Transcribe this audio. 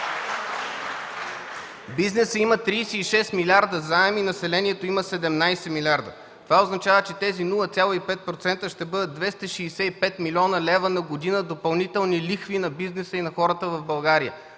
Бизнесът има 36 милиарда заем и населението има 17 милиарда. Това означава, че тези 0,5% ще бъдат 265 млн. лв. на година допълнителни лихви на бизнеса и на хората в България.